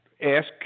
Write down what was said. ask